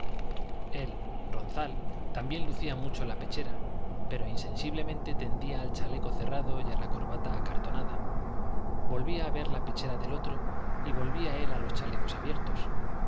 él ronzal también lucía mucho la pechera pero insensiblemente tendía al chaleco cerrado y a la corbata acartonada volvía a ver la pechera del otro y volvía él a los chalecos abiertos